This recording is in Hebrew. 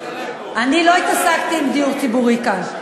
אני לא התעסקתי עם דיור ציבורי כאן.